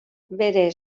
bere